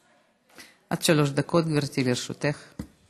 עד שלוש דקות, גברתי, לרשותך.